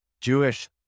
Jewish